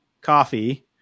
coffee